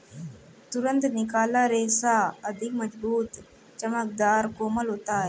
तुरंत निकाला रेशा अधिक मज़बूत, चमकदर, कोमल होता है